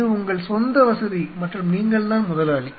இது உங்கள் சொந்த வசதி மற்றும் நீங்கள்தான் முதலாளி